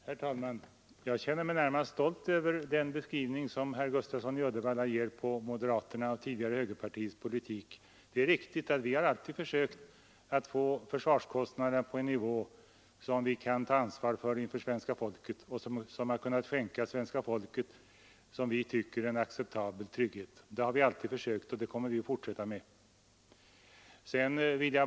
Herr talman! Jag känner mig närmast stolt över den beskrivning som herr Gustafsson i Uddevalla ger på moderaternas — tidigare högerpartiets — politik. Det är riktigt att vi alltid har försökt få försvarskostnaderna på en nivå som vi kan ta ansvar för inför svenska folket och som kunnat skänka svenska folket en, som vi tycker, acceptabel trygghet. Detta kommer vi att fortsätta med.